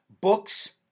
books